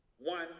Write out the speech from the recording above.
One